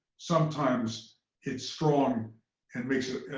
sometimes it's strong and makes a